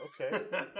okay